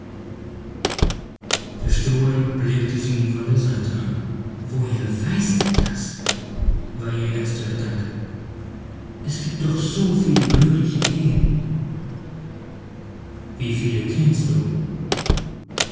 verstohlen blickte sie ihn von der seite an woher weiß er das war ihr erster gedanke es gibt doch so viele glückliche ehen wie viele kennst du